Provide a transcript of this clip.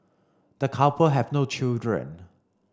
the couple have no children